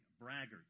braggarts